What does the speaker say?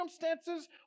circumstances